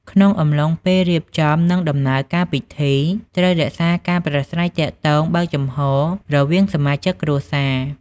ក្នុងអំឡុងពេលរៀបចំ និងដំណើរការពិធី ត្រូវ រក្សាការប្រាស្រ័យទាក់ទងបើកចំហ រវាងសមាជិកគ្រួសារ។